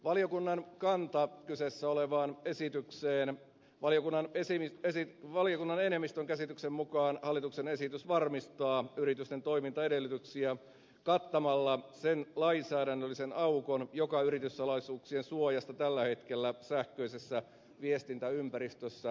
valiokunnan kantaa kyseessä olevaan esitykseen valiokunnan esinettä sen valiokunnan enemmistön käsityksen mukaan hallituksen esitys varmistaa yritysten toimintaedellytyksiä kattamalla sen lainsäädännöllisen aukon joka yrityssalaisuuksien suojasta tällä hetkellä sähköisessä viestintäympäristössä on auki